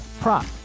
prop